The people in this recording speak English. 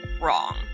wrong